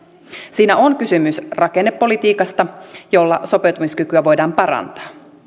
siinä on kysymys rakennepolitiikasta jolla sopeutumiskykyä voidaan parantaa